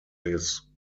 this